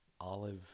olive